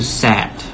sad